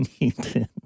Newton